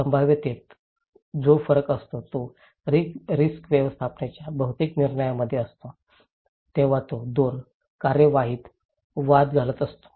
संभाव्यतेत जो फरक असतो तो रिस्क व्यवस्थापनाच्या बहुतेक निर्णयांमधे असतो तेव्हा तो दोन कार्यवाहीत वाद घालत असतो